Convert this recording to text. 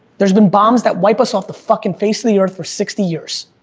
there's been bombs that wipe us off the fucking face of the earth for sixty years,